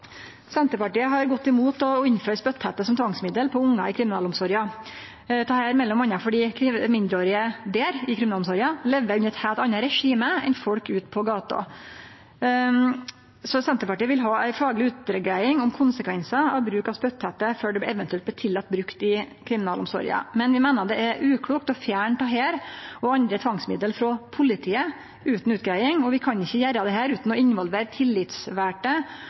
Senterpartiet har gått imot å innføre spytthette som tvangsmiddel på ungar i kriminalomsorga, dette m.a. fordi mindreårige i kriminalomsorga lever under eit helt anna regime enn folk ute på gata. Senterpartiet vil ha ei fagleg utgreiing om konsekvensar av bruk av spytthette før det eventuelt blir tillate brukt i kriminalomsorga. Men vi meiner det er uklokt å fjerne dette og andre tvangsmiddel frå politiet utan utgreiing, og vi kan ikkje gjere det utan å involvere tillitsvalde